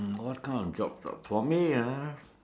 what kind of jobs ah for me ah